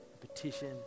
petition